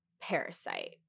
Parasite